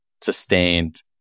sustained